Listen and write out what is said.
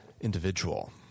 individual